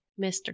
Mr